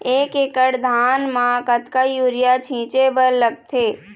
एक एकड़ धान म कतका यूरिया छींचे बर लगथे?